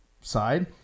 side –